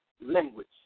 language